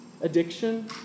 Addiction